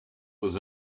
was